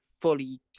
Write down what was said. fully